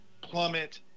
plummet